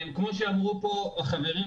כמו שאמרו החברים,